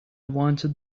wanted